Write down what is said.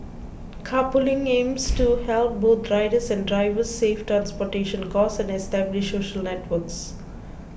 carpooling aims to help both riders and drivers save transportation costs and establish social networks